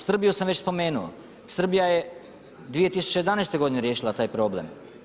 Srbiju sam već spomenuo, Srbija je 2011. godine riješila taj problem.